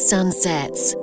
Sunsets